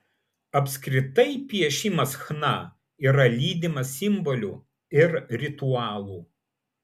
apskritai piešimas chna yra lydimas simbolių ir ritualų